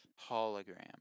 Hologram